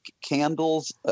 candles